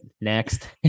Next